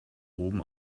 oben